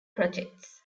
projects